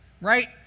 right